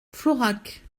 florac